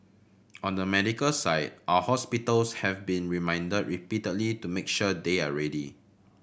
on the medical side our hospitals have been reminded repeatedly to make sure they are ready